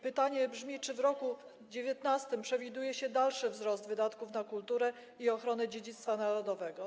Pytanie brzmi: Czy w roku 2019 przewiduje się dalszy wzrost wydatków na kulturę i ochronę dziedzictwa narodowego?